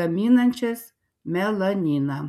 gaminančias melaniną